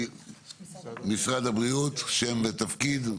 משרד הבריאות, בבקשה.